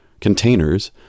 containers